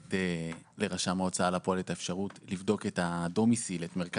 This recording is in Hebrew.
לתת לרשם ההוצאה לפועל לבדוק את מרכז